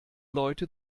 leute